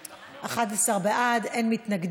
מס' 13, הוראת שעה)